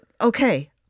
okay